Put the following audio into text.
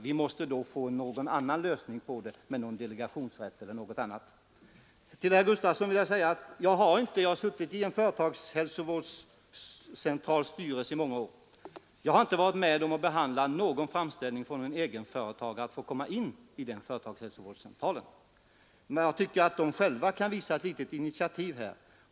Vi måste nå fram till en annan lösning, en delegationsrätt eller något annat. Till herr Gustavsson i Alvesta vill jag säga att jag suttit i en företagshälsovårdscentrals styrelse i många år. Jag har inte varit med om att behandla någon framställning från en egenföretagare om att få komma in i denna företagshälsovårdscentral. Jag tycker att företagarna själva här kunde ta något litet initiativ.